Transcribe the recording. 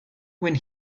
when